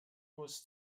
was